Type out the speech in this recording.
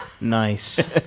Nice